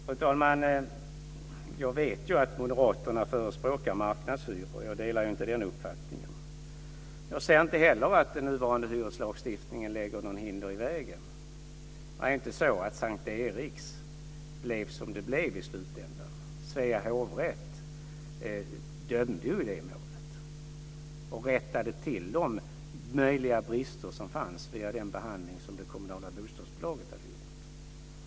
Fru talman! Jag vet att moderaterna förespråkar marknadshyror. Jag delar inte den uppfattningen. Jag ser inte heller att den nuvarande hyreslagstiftningen lägger något hinder i vägen. Det var inte så det blev med området S:t Erik i slutändan. Svea hovrätt dömde i målet, dvs. rättade till de möjliga brister som fanns via den behandling som det kommunala bostadsföretaget hade gjort.